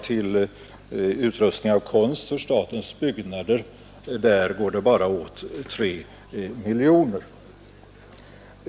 Till förvärv av konst för statens byggnader går det bara åt 3 miljoner kronor.